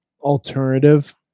alternative